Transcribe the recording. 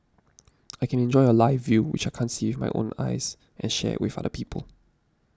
I can enjoy a live view which I can't see with my own eyes and share it with other people